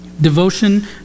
devotion